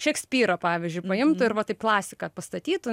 šekspyrą pavyzdžiui paimtų ir va taip klasiką pastatytų